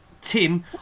Tim